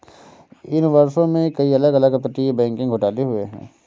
इन वर्षों में, कई अलग अलग अपतटीय बैंकिंग घोटाले हुए हैं